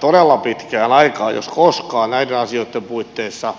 todella pitkään aikaan jos koskaan näiden asioitten puitteissa